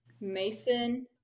Mason